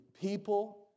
people